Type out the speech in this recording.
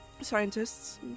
scientists